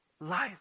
life